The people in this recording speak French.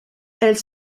elles